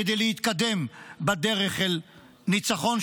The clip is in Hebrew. כדי להתקדם בדרך אל ניצחון,